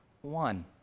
One